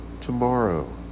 tomorrow